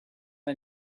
m’a